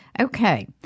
Okay